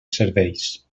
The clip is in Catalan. serveis